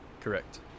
Correct